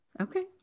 Okay